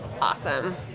awesome